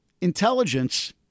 intelligence